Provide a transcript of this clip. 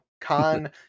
con